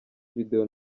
video